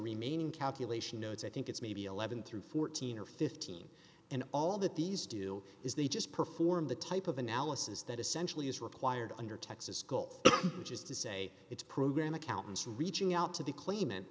remaining calculation nodes i think it's maybe eleven through fourteen or fifteen and all that these do is they just perform the type of analysis that essentially is required under texas which is to say its program accountants reaching out to the cl